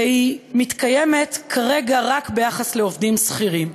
והיא מתקיימת כרגע רק ביחס לעובדים שכירים.